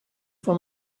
for